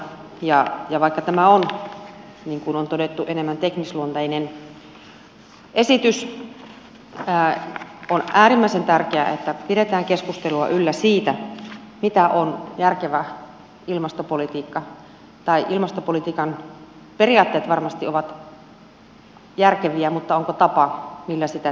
ja vaikka tämä on niin kuin on todettu enemmän teknisluonteinen esitys on äärimmäisen tärkeää että pidetään keskustelua yllä siitä mitä on järkevä ilmastopolitiikka tai ilmastopolitiikan periaatteet varmasti ovat järkeviä mutta onko tapa millä sitä tehdään tällä hetkellä